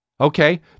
Okay